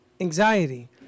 anxiety